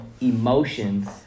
emotions